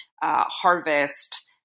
harvest